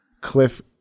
cliff